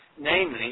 namely